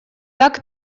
так